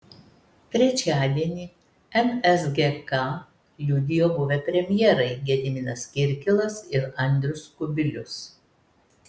trečiadienį nsgk liudijo buvę premjerai gediminas kirkilas ir andrius kubilius